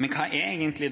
Men hva er egentlig